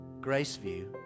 Graceview